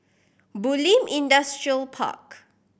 Bulim Industrial Park